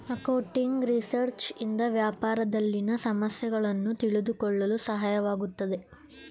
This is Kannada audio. ಅಕೌಂಟಿಂಗ್ ರಿಸರ್ಚ್ ಇಂದ ವ್ಯಾಪಾರದಲ್ಲಿನ ಸಮಸ್ಯೆಗಳನ್ನು ತಿಳಿದುಕೊಳ್ಳಲು ಸಹಾಯವಾಗುತ್ತದೆ